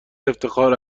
افتخار